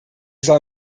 soll